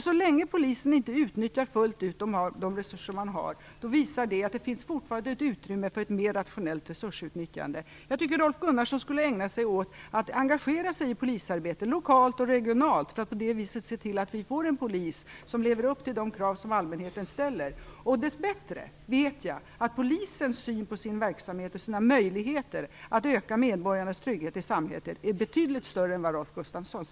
Så länge Polisen inte utnyttjar de resurser som de har fullt ut visar de att det fortfarande finns ett utrymme för ett mer rationellt resursutnyttjande. Jag tycker att Rolf Gunnarssons skulle ägna sig åt att engagera sig i polisarbete, lokalt och regionalt, för att på det viset se till att vi får en polis som lever upp till de krav som allmänheten ställer. Dess bättre vet jag att Polisens syn på sin verksamhet och sina möjligheter att öka medborgarnas trygghet i samhället är betydligt mer positiv än Rolf Gunnarssons.